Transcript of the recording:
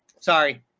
Sorry